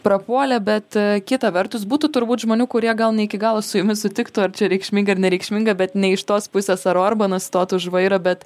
prapuolė bet kita vertus būtų turbūt žmonių kurie gal ne iki galo su jumis sutiktų ar čia reikšminga ar nereikšminga bet ne iš tos pusės ar orbanas stotų už vairo bet